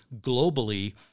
globally